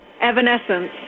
Evanescence